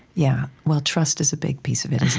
yeah, well, trust is a big piece of it,